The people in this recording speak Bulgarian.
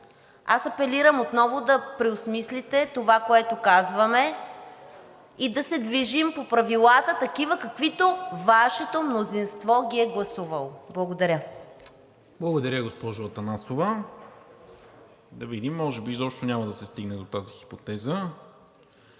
Аз апелирам отново да преосмислите това, което казваме, и да се движим по правилата, такива каквито Вашето мнозинство ги е гласувало. Благодаря. ПРЕДСЕДАТЕЛ НИКОЛА МИНЧЕВ: Благодаря, госпожо Атанасова – да видим, може би изобщо няма да се стигне до тази хипотеза,